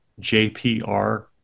JPR